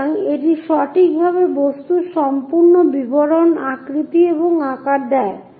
সুতরাং এটি সঠিকভাবে বস্তুর সম্পূর্ণ বিবরণ আকৃতি এবং আকার দেয়